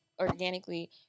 Organically